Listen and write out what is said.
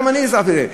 גם אני הצטרפתי לזה,